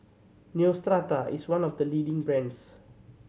Neostrata is one of the leading brands